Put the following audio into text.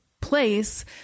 place